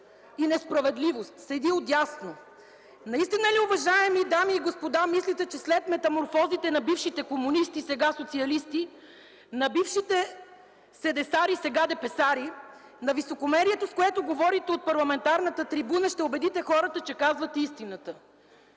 и несправедливост – седи отдясно. Наистина ли мислите, уважаеми дами и господа, че след метаморфозите на бившите комунисти – сега социалисти, на бившите седесари – сега депесари, че високомерието, с което говорите от парламентарната трибуна, ще убеди хората, че казвате истината?!